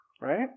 Right